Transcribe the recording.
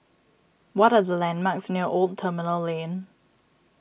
what are the landmarks near Old Terminal Lane